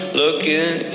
looking